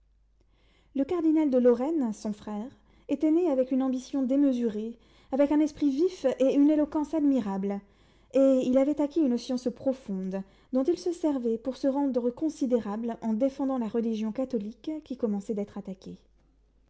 le cardinal de lorraine son frère était né avec une ambition démesurée avec un esprit vif et une éloquence admirable et il avait acquis une science profonde dont il se servait pour se rendre considérable en défendant la religion catholique qui commençait d'être attaquée